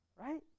right